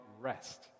rest